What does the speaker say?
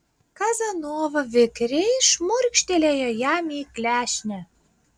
kazanova vikriai šmurkštelėjo jam į klešnę